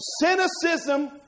Cynicism